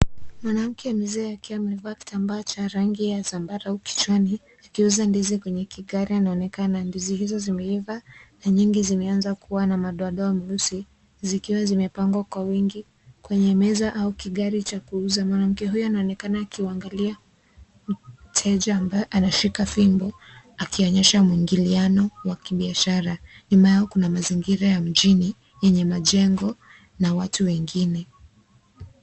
Mwanamke mzee akiwa amevaa kitambaa cha zambarau kichwani akiuza ndizi kwenye kigari anaonekana. Ndizi hizo zimeiva na nyingi zimeanza kuwa na madoadoa meusi zikiwa zimepangwa kwa kwenye meza au kigari cha kuuza. Mwanamke huyo anaonekana akimwangalia mteja ambaye anashika fimbo akionyesha mwingiliano wa kibiashara. Nyuma yao kuna mazingira ya mjini yenye majengo na watu wengine.